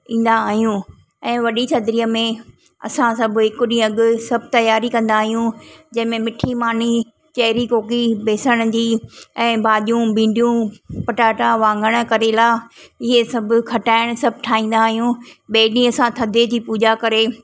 ईंदा आहियूं ऐं वॾी थदरीअ में असां सभु हिकु ॾींअं अॻु सभु तयारी कंदा आयूं जैमें मिठी मानी चहरी कोकी बेसण जी ऐं भाॼियूं भींडियूं पटाटा वाङण करेला इहे सभु खटाइण सभु ठाहींदा आहियूं ॿिए ॾींहुं असां थधे जी पूॼा करे